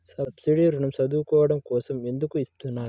Subsidy ఋణం చదువుకోవడం కోసం ఎందుకు ఇస్తున్నారు?